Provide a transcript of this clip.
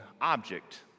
object